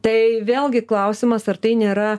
tai vėlgi klausimas ar tai nėra